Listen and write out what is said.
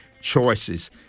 choices